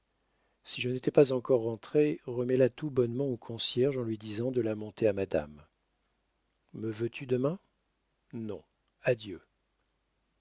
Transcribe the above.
si je n'étais pas encore rentré remets la tout bonnement au concierge en lui disant de la monter à madame me veux-tu demain non adieu